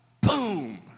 boom